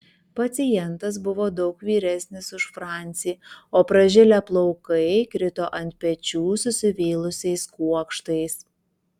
pacientas buvo daug vyresnis už francį o pražilę plaukai krito ant pečių susivėlusiais kuokštais